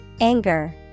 Anger